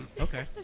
Okay